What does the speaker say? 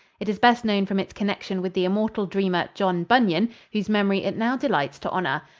it is best known from its connection with the immortal dreamer, john bunyan, whose memory it now delights to honor.